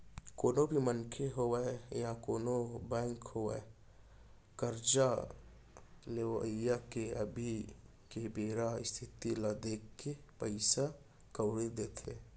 कोनो भी मनसे होवय या कोनों बेंक होवय करजा लेवइया के अभी के बेरा इस्थिति ल देखके पइसा कउड़ी देथे